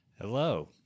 Hello